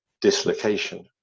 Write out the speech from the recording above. dislocation